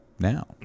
now